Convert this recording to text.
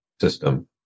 system